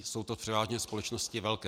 Jsou to převážně společnosti velké.